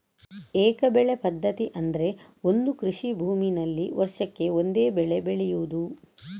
ಏಕ ಬೆಳೆ ಪದ್ಧತಿ ಅಂದ್ರೆ ಒಂದು ಕೃಷಿ ಭೂಮಿನಲ್ಲಿ ವರ್ಷಕ್ಕೆ ಒಂದೇ ಬೆಳೆ ಬೆಳೆಯುದು